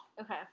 Okay